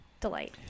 Delight